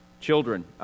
Children